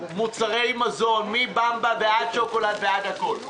מוצרי המזון, מבמבה ועד שוקולד ועד הכול.